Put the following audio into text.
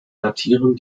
datieren